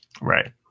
Right